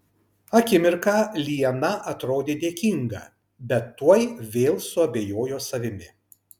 akimirką liana atrodė dėkinga bet tuoj vėl suabejojo savimi